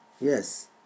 Yes